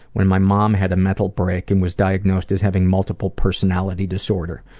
when my mom had a mental break and was diagnosed as having multiple personality disorder.